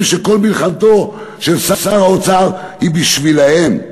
שכל מלחמתו של שר האוצר היא בשבילם.